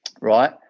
right